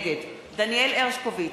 נגד דניאל הרשקוביץ,